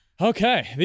Okay